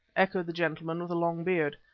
echoed the gentleman with the long beard.